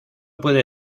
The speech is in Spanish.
puede